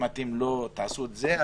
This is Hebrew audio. אם אתם לא תעשו את זה,